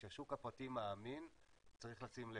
כשהשוק הפרטי מאמין צריך לשים לב.